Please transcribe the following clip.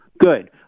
Good